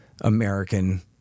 american